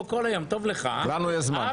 פה כל היום, טוב לך, הא?